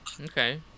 Okay